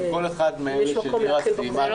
על כל אחד מאלה שנירה סיימה לקרוא